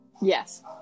Yes